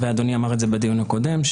ואדוני אמר את זה בדיון הקודם,